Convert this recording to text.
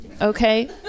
okay